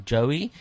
Joey